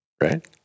right